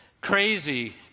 crazy